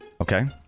okay